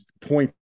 point